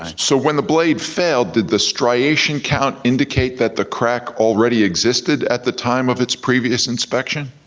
so when the blade failed, did the striation count indicate that the crack already existed at the time of its previous inspection?